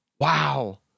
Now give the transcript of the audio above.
Wow